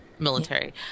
military